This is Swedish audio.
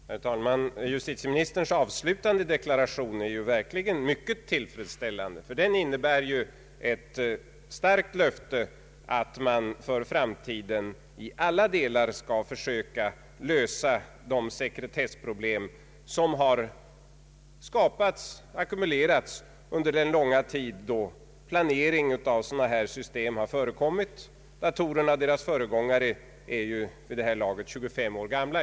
Herr talman! Justitieministerns av: slutande deklaration är verkligen mycket tillfredsställande. Den innebär ju ett starkt löfte att man för framtiden i alla delar skall försöka lösa de sekretessproblem som har ackumulerats under den långa tid då planering av sådana här system förekommit. Datorerna och deras föregångare är vid det här laget 25 år gamla.